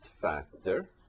factor